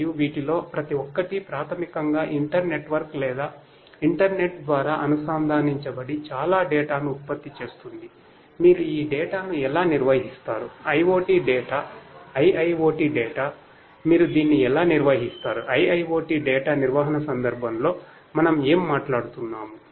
మరియు వీటిలో ప్రతి ఒక్కటి ప్రాథమికంగా ఇంటర్నెట్ వర్క్ లేదా ఇంటర్నెట్ ద్వారా అనుసంధానించబడి చాలా డేటా నిర్వహణ సందర్భంలో మనం ఏమి మాట్లాడుతున్నాము